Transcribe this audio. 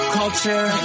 culture